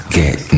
get